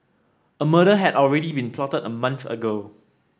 a murder had already been plotted a month ago